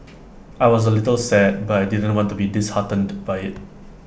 I was A little sad but I didn't want to be disheartened by IT